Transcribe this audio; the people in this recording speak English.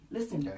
Listen